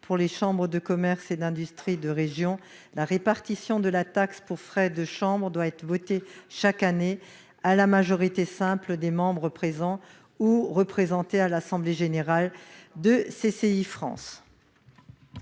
pour les chambres de commerce et d'industrie de région, la répartition de la taxe pour frais de chambres doit être votée chaque année à la majorité simple des membres présents ou représentés à l'assemblée générale de CCI France.